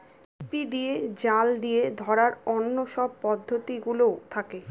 ঝিপি দিয়ে, জাল দিয়ে ধরার অন্য সব পদ্ধতি গুলোও থাকে